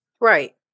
Right